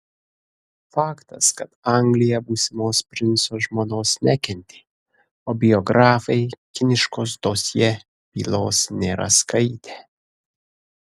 faktas kad anglija būsimos princo žmonos nekentė o biografai kiniškos dosjė bylos nėra skaitę